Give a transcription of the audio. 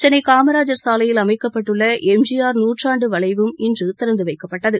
சென்னை காமராஜர் சாலையில் அமைக்கப்பட்டுள்ள M G R நாற்றாள்டு வளைவும் இன்று திறந்து வைக்கப்பட்டது